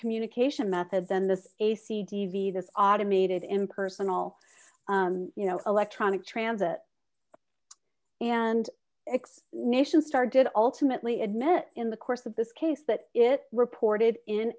communication method than this a c d v this automated impersonal you know electronic transit and x nation star did ultimately admit in the course of this case that it reported in